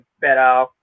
better